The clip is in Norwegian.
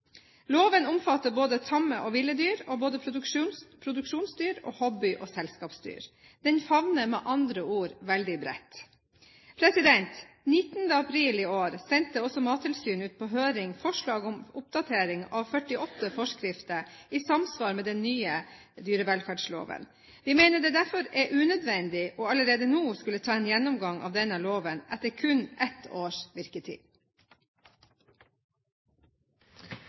Loven omfatter både tamme og ville dyr og produksjonsdyr og hobby- og selskapsdyr. Den favner med andre ord veldig bredt. 19. april i år sendte også Mattilsynet ut på høring forslag om oppdatering av 48 forskrifter i samsvar med den nye dyrevelferdsloven. Vi mener det derfor er unødvendig allerede nå å skulle ta en gjennomgang av denne loven, etter kun ett års virketid.